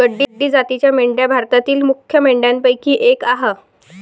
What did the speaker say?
गड्डी जातीच्या मेंढ्या भारतातील मुख्य मेंढ्यांपैकी एक आह